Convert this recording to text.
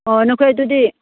ꯑꯣ ꯅꯈꯣꯏ ꯑꯗꯨꯗꯤ